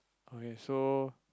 okay so